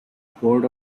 board